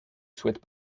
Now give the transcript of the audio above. souhaite